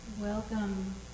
Welcome